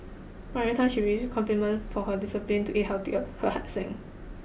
but every time she received compliments for her discipline to eat healthily her heart sank